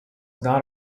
not